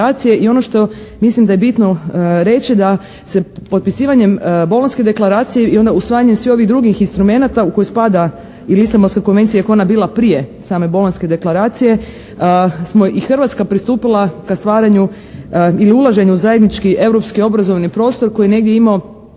i ono što mislim da je bitno reći da se potpisivanjem Bolonjske deklaracije i onda usvajanjem svih ovih drugih instrumenata u koje spada i Lisabonska konvencija iako je ona bila prije same Bolonjske deklaracije smo i Hrvatska pristupila ka stvaranju ili ulaženje u zajednički europski obrazovni prostor koji je negdje imao